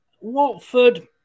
Watford